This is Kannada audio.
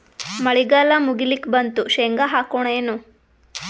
ಮಳಿಗಾಲ ಮುಗಿಲಿಕ್ ಬಂತು, ಶೇಂಗಾ ಹಾಕೋಣ ಏನು?